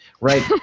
right